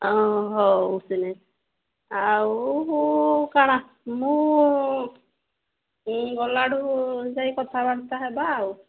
ହଁ ହଉ ତାହେଲେ ଆଉ କ'ଣା ମୁଁ ଗଲାଠୁ ଯାଇ କଥାବାର୍ତ୍ତା ହେବା ଆଉ